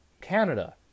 Canada